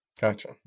Gotcha